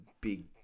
big